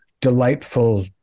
delightful